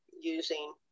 using